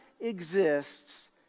exists